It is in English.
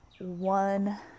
one